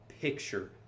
picture